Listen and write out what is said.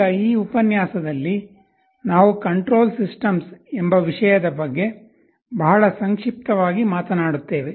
ಈಗ ಈ ಉಪನ್ಯಾಸದಲ್ಲಿ ನಾವು ಕಂಟ್ರೋಲ್ ಸಿಸ್ಟಮ್ಸ್ ಎಂಬ ವಿಷಯದ ಬಗ್ಗೆ ಬಹಳ ಸಂಕ್ಷಿಪ್ತವಾಗಿ ಮಾತನಾಡುತ್ತೇವೆ